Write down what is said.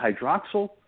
hydroxyl